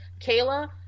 kayla